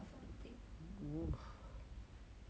oh